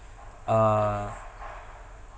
uh